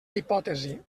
hipòtesi